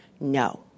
no